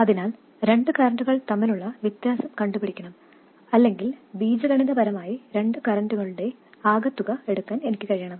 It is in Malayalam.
അതിനാൽ രണ്ട് കറൻറുകൾ തമ്മിലുള്ള വ്യത്യാസം കണ്ടുപിടിക്കണം അല്ലെങ്കിൽ ബീജഗണിതപരമായി രണ്ട് കറൻറുകളുടെ ആകെത്തുക എടുക്കാൻ എനിക്ക് കഴിയണം